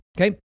okay